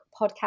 podcast